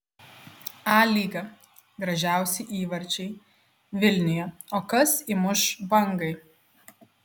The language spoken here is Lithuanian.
a lyga gražiausi įvarčiai vilniuje o kas įmuš bangai